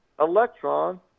electron